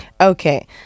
Okay